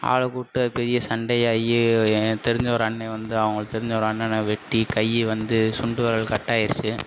ஆளை கூப்பிட்டு அது பெரிய சண்டையாகி எனக்கு தெரிஞ்ச ஒரு அண்ணன் வந்து அவங்களுக்கு தெரிஞ்ச ஒரு அண்ணணை வெட்டி கையை வந்து சுண்டு விரல் கட் ஆகிருச்சி